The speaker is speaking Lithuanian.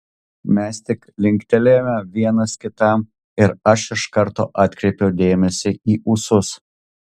mes tik linktelėjome vienas kitam ir aš iš karto atkreipiau dėmesį į ūsus